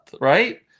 right